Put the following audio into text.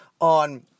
on